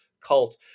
cult